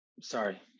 Sorry